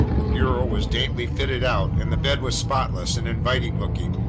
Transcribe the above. the bureau was daintily fitted out, and the bed was spotless and inviting-looking.